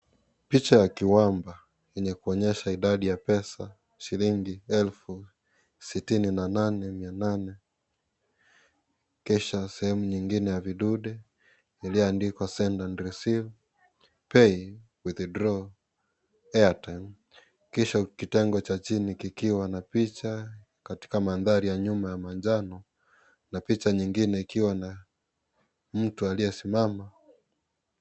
Picha ya kiwamba, yenye kuonyesha idadi ya pesa , shilingi elfu sitini na nane mia nane. Kisha sehemu nyingine ya vidude iliyoandikwa Send and receive, pay , withdraw , airtime kisha kitengo cha chini kikiwa na picha katika mandhari ya nyuma ya manjano na picha nyingine ikiwa na mtu aliyesimama.